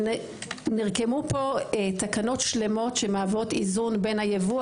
נרקמו פה תקנות שלמות שמהוות איזון בין הייבוא,